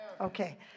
Okay